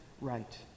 right